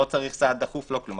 לא צריך סעד דחוף ולא כלום.